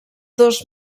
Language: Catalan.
dos